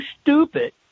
stupid